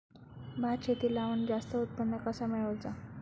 भात शेती लावण जास्त उत्पन्न कसा मेळवचा?